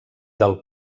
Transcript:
del